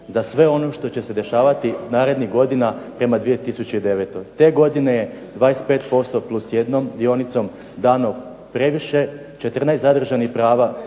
za sve ono što će se dešavati narednih godina prema 2009. Te godine je 25%+1 dionicom dano previše 14 zadržanih prava